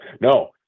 No